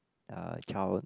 uh child